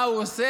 מה הוא עושה?